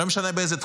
לא משנה באיזה תחום,